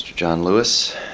john lewis.